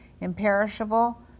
imperishable